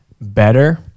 better